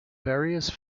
various